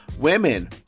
women